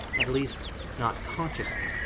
at least not consciously.